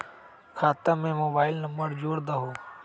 खाता में mobile number जोड़ दहु?